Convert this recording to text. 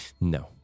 No